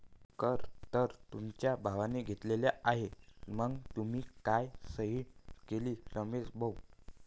कर तर तुमच्या भावाने घेतला आहे मग तुम्ही का सही केली रमेश भाऊ?